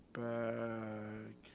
back